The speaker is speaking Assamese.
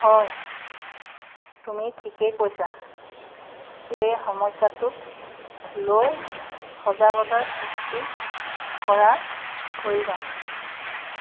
হয় তুমি ঠিকেই কৈছা এই সমস্যাটোক লৈ সজাগতাৰ সৃষ্টি কৰাৰ প্ৰয়োজন